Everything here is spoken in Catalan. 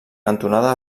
cantonada